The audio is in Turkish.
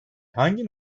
hangi